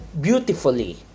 Beautifully